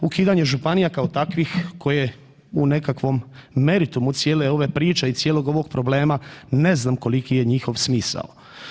Ukidanje županija kao takvih koje u nekakvom meritumu cijele ove priče i cijelog ovog problema ne znam koliki je njihov smisao.